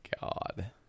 god